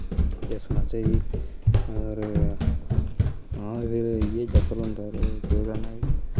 किस्मत जनेही और फिर इ'यै चक्कर होंदा जरो केह् करना जी